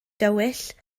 dywyll